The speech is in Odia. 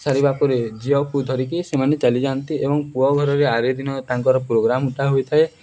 ସାରିବା ପରେ ଝିଅକୁ ଧରିକି ସେମାନେ ଚାଲିଯାଆନ୍ତି ଏବଂ ପୁଅ ଘରରେ ଆରି ଦିନ ତାଙ୍କର ପ୍ରୋଗ୍ରାମ୍ଟା ହେଉଥାଏ